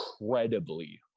incredibly